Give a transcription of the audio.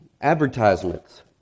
advertisements